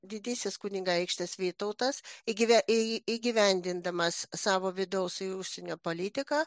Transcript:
didysis kunigaikštis vytautas įgyve į įgyvendindamas savo vidaus ir užsienio politiką